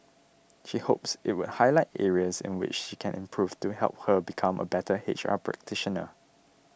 she hopes it would highlight areas in which she can improve to help her become a better H R practitioner